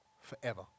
forever